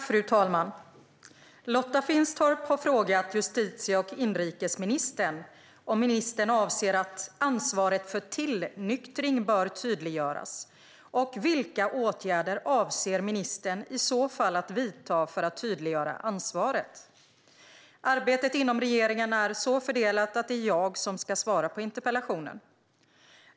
Fru talman! har frågat justitie och inrikesministern om ministern anser att ansvaret för tillnyktring bör tydliggöras och vilka åtgärder ministern i så fall avser att vidta för att tydliggöra ansvaret. Arbetet inom regeringen är så fördelat att det är jag som ska svara på interpellationen.